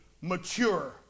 mature